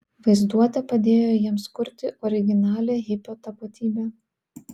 vaizduotė padėjo jiems kurti originalią hipio tapatybę